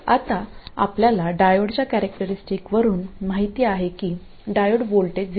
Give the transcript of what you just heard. आता आपल्याला डायोडच्या कॅरेक्टरिस्टिकवरून माहित आहे की डायोड व्होल्टेज 0